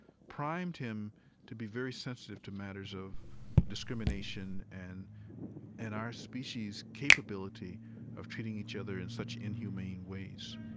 primed him to be very sensitive to matters of discrimination and and our species' capability of treating each other in such inhumane ways